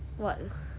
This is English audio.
err